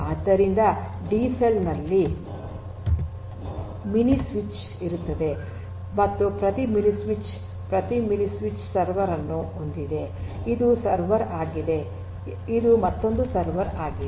ಆದ್ದರಿಂದ ಡಿಸೆಲ್ ನಲ್ಲಿ mini switch ಇರುತ್ತದೆ ಮತ್ತು ಪ್ರತಿ ಮಿನಿ ಸ್ವಿಚ್ ಪ್ರತಿ ಮಿನಿ ಸ್ವಿಚ್ ಸರ್ವರ್ ಅನ್ನು ಹೊಂದಿದೆ ಇದು ಸರ್ವರ್ ಆಗಿದೆ ಇದು ಮತ್ತೊಂದು ಸರ್ವರ್ ಆಗಿದೆ